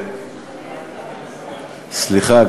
סליחה,